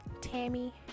Tammy